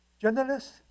journalists